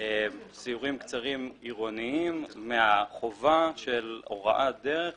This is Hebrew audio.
סיורים קצרים עירוניים מהחובה של הוראת דרך לתיירים.